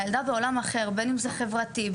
הילדה שלי בעולם אחר היום בין אם זה בפן החברתי,